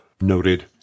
Noted